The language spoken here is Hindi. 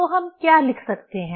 तो हम क्या लिख सकते हैं